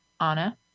anna